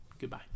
goodbye